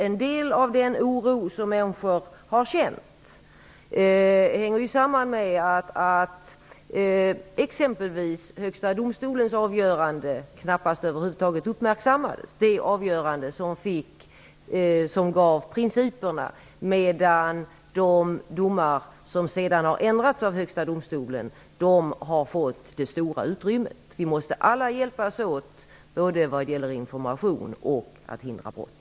En del av den oro som människor har känt hänger samman med att exempelvis Högsta domstolens avgörande som gav principerna över huvud taget knappast uppmärksammades medan de domar som sedan har ändrats av Högsta domstolen har fått det stora utrymmet. Vi måste alla hjälpas åt både vad gäller att informera och att förhindra brott.